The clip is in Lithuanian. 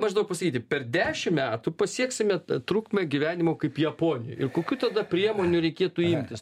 maždaug pasakyti per dešim metų pasieksime trukmę gyvenimo kaip japonijoj ir kokių tada priemonių reikėtų imtis